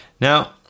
now